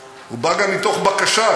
הוא בא גם מתוך בקשה.